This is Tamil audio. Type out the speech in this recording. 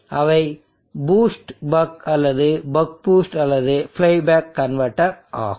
அவை பூஸ்ட் பக் அல்லது பக் பூஸ்ட் அல்லது ஃப்ளை பேக் கன்வெர்ட்டர்கள் ஆகும்